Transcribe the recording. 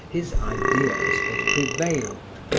his ideas had prevailed.